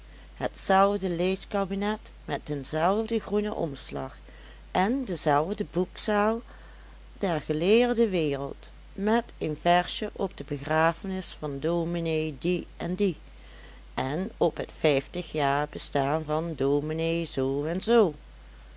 hetzelfde leeskabinet met denzelfden groenen omslag en dezelfde boekzaal der geleerde wereld met een versjen op de begrafenis van ds die en die en op het vijftigjarig bestaan van ds zoo en zoo